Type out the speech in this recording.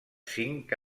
cinc